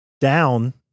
down